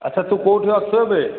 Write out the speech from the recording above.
ଆଚ୍ଛା ତୁ କେଉଁଠି ଅଛୁ ଏବେ